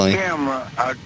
camera